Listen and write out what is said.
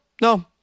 no